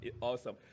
Awesome